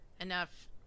enough